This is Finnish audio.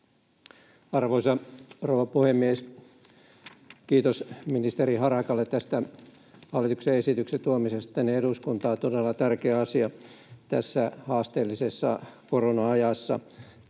Arvoisa rouva puhemies! Kiitos ministeri Harakalle tämän hallituksen esityksen tuomisesta tänne eduskuntaan — todella tärkeä asia tässä haasteellisessa korona-ajassa.